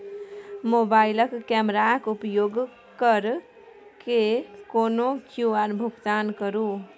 मोबाइलक कैमराक उपयोग कय कए कोनो क्यु.आर भुगतान करू